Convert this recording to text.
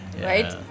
Right